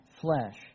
flesh